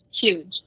huge